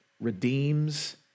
redeems